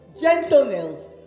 gentleness